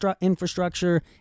infrastructure